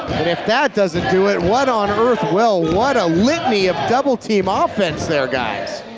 but if that doesn't do it, what on earth will? what a litany of double team ah offense there guys.